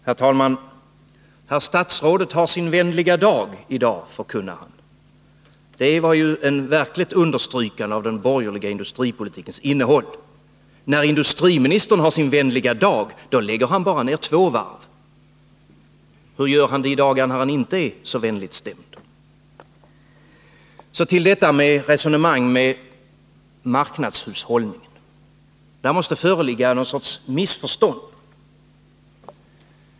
Herr talman! Herr statsrådet har sin vänliga dag i dag, förkunnar han. Det Tisdagen den var ju ett verkligt understrykande av den borgerliga industripolitikens 2 juni 1981 innehåll — när industriministern har sin vänliga dag lägger han bara ned två varv. Hur gör han de dagar då han inte är så vänligt stämd? Så till resonemanget om marknadshushållning. Där måste föreligga någon sorts missförstånd.